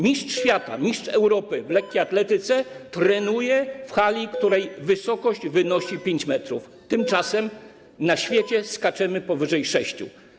Mistrz świata, mistrz Europy w lekkiej atletyce trenuje w hali, której wysokość wynosi 5 m, tymczasem na świecie skacze się powyżej 6 m.